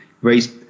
raised